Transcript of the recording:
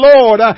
Lord